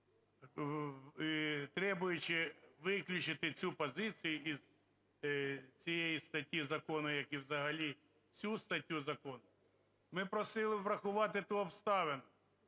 требуючи виключити цю позицію із цієї статті закону, як і взагалі всю статтю закону, ми просили б врахувати ту обставину,